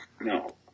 No